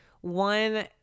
one